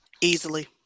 Easily